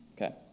Okay